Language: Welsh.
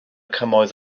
cymoedd